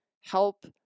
help